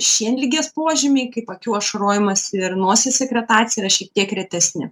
šienligės požymiai kaip akių ašarojimas ir nosies sekretacija yra šiek tiek retesni